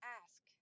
ask